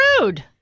rude